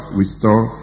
restore